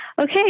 Okay